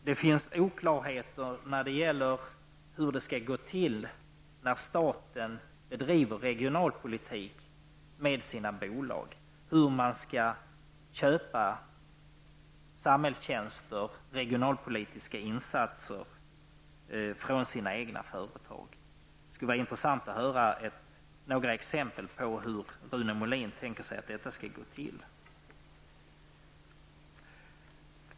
Det råder även oklarheter när det gäller hur det skall gå till när staten bedriver regionalpolitik med sina bolag, hur man skall köpa samhällstjänster, regionalpolitiska insatser, från sina egna företag. Det skulle vara intressant att höra några exempel på hur Rune Molin tänker sig att detta skall gå till.